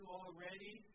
already